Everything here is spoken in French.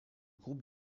groupe